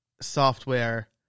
software